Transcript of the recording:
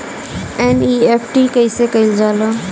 NEFT कइसे कइल जाला?